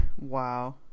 Wow